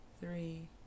three